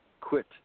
quit